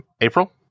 April